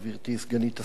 גברתי סגנית השר,